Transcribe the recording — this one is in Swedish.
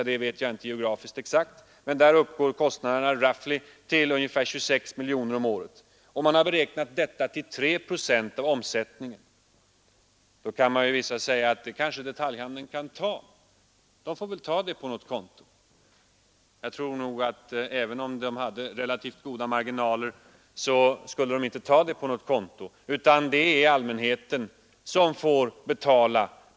Enligt de informationer jag har fått via borgarrådet Lennart Blom, som är ordförande i polisnämnden, är det en enig uppslutning från alla partier som är representerade i Stockholms kommunfullmäktige bakom kraven på ökade insatser mot våldet och nedbusningen i Stockholm.